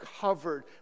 covered